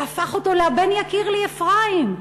שהפך אותו ל"הבן יקיר לי אפרים".